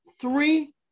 three